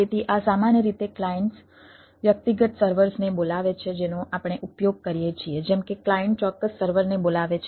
તેથી આ સામાન્ય રીતે ક્લાયન્ટ્સ વ્યક્તિગત સર્વર્સને બોલાવે છે જેનો આપણે ઉપયોગ કરીએ છીએ જેમ કે ક્લાયન્ટ ચોક્કસ સર્વરને બોલાવે છે